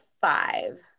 five